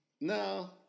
No